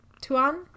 Tuan